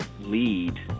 lead